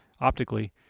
optically